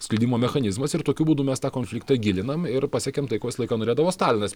skleidimo mechanizmas ir tokiu būdu mes tą konfliktą gilinam ir pasiekiam tai ko visą laiką norėdavo stalinas